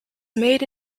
made